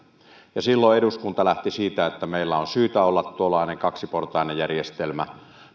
silloin eduskunta lähti siitä että meillä on syytä olla kaksiportainen järjestelmä